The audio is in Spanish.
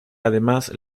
además